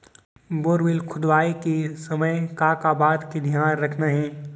Borewell खोदवाए के समय का का बात के धियान रखना हे?